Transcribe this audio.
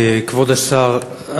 כבוד השר,